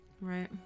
Right